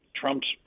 Trump's